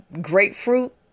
grapefruit